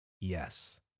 yes